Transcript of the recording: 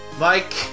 Mike